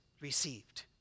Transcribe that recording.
received